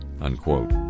Unquote